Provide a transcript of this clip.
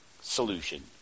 solution